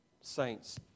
Saints